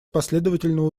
последовательного